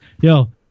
Yo